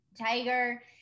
Tiger